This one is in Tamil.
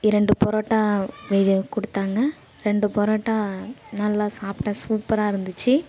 இரண்டு பரோட்டா இது கொடுத்தாங்க ரெண்டு பரோட்டா நல்லா சாப்பிடேன் சூப்பராக இருந்துச்சு